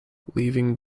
leaving